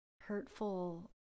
hurtful